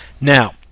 now